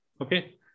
Okay